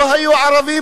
לא היו ערבים?